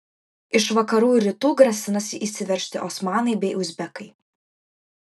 iš vakarų ir rytų grasinasi įsiveržti osmanai bei uzbekai